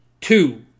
Two